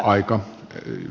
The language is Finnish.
arvoisa puhemies